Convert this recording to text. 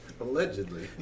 Allegedly